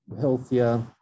Healthier